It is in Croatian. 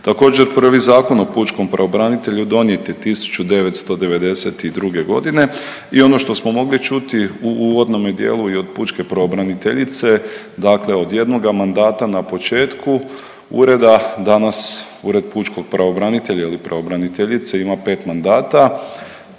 Također prvi Zakon o pučkom pravobranitelju donijet je 1992. godine i ono što smo mogli čuti u uvodnome dijelu i od pučke pravobraniteljice, dakle od jednoga mandata na početku ureda danas Ured pučkog pravobranitelja ili pravobraniteljice ima pet mandata.